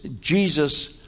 jesus